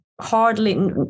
hardly